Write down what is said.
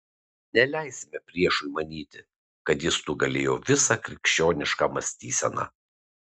neleisime priešui manyti kad jis nugalėjo visą krikščionišką mąstyseną